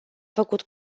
făcut